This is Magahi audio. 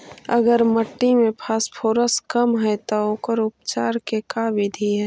अगर मट्टी में फास्फोरस कम है त ओकर उपचार के का बिधि है?